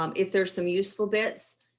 um if there's some useful bits.